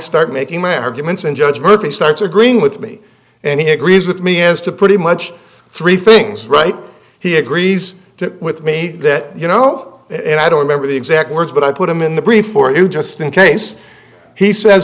start making my arguments and judgment and starts agreeing with me and he agrees with me as to put much three things right he agrees with me that you know and i don't remember the exact words but i put them in the brief for you just in case he says